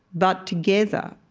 but together,